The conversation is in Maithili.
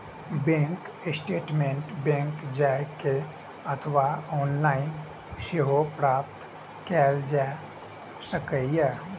बैंक स्टेटमैंट बैंक जाए के अथवा ऑनलाइन सेहो प्राप्त कैल जा सकैए